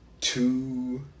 two